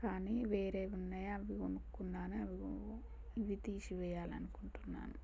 కానీ వేరే ఉన్నాయి అవి కొనుక్కున్నాను అదిగో ఇవి తీసి వేయాలనుకుంటున్నాను